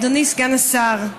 אדוני סגן השר,